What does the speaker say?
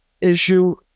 issue